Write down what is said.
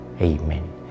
Amen